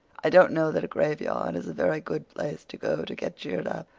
i don't know that a graveyard is a very good place to go to get cheered up,